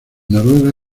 noruega